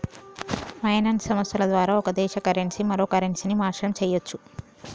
finance సంస్థల ద్వారా ఒక దేశ కరెన్సీ మరో కరెన్సీకి మార్చడం చెయ్యచ్చు